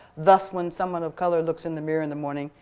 thus when someone of color looks in the mirror in the morning,